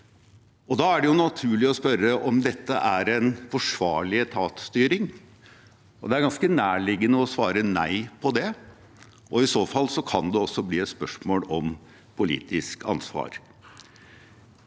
Da er det naturlig å spørre om dette er forsvarlig etatsstyring. Det er ganske nærliggende å svare nei på det, og i så fall kan det bli et spørsmål om politisk ansvar.